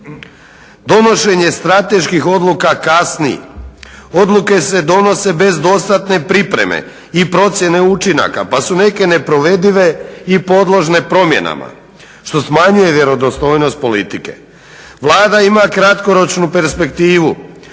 Donošenje strateških odluka kasni, odluke se donose bez dostatne pripreme i procjene učinaka pa su neke neprovedive i podložne promjenama što smanjuje vjerodostojnost politike. Vlada ima kratkoročnu perspektivu